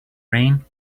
rain